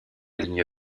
ligne